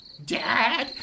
Dad